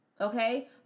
Okay